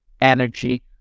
energy